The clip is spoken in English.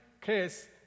case